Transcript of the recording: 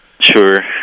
Sure